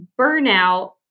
burnout